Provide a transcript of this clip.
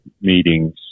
meetings